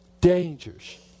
dangers